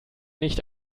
nicht